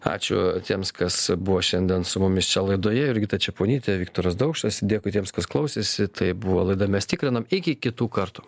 ačiū tiems kas buvo šiandien su mumis čia laidoje jurgita čeponytė viktoras daukšas dėkui tiems kas klausėsi tai buvo laida mes tikrinam iki kitų kartų